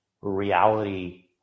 reality